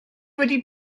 wedi